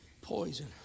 poison